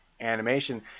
animation